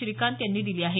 श्रीकांत यांनी दिली आहे